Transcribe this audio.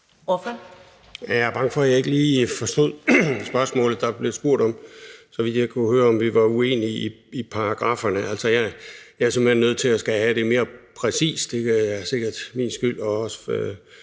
Jeg er bange for, at jeg ikke lige forstod spørgsmålet. Der blev, så vidt jeg kunne høre, spurgt, om vi var uenige i paragrafferne. Altså, jeg er simpelt hen nødt til at skulle have det mere præcist – det er sikkert min skyld